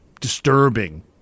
disturbing